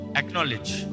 acknowledge